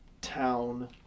town